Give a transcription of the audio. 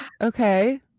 Okay